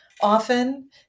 often